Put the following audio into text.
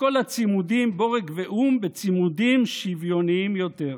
כל הצימודים בורג ואום בצימודים שוויוניים יותר.